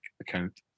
account